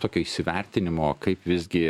tokio įsivertinimo kaip visgi